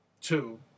Two